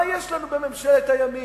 מה יש לנו בממשלת הימין?